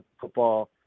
football